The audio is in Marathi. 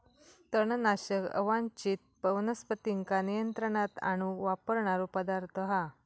तणनाशक अवांच्छित वनस्पतींका नियंत्रणात आणूक वापरणारो पदार्थ हा